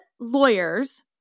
lawyers